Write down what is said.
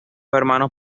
hermanos